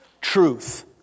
truth